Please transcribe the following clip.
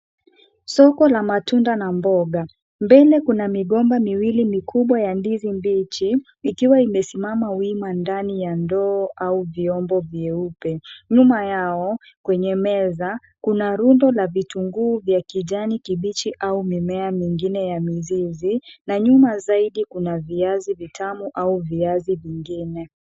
Soko la matunda na mboga, mbele kuna migomba miwili mikubwa ya ndizi mbichi ikiwa imesimama wima ndani ya ndoo au vyombo vyeupe. Nyuma yao kwenye meza kuna rundo la vitunguu vya kijani kibichi au mimea mingine ya mizizi na nyuma zaidi kuna viazi vitamu au viazi vingine.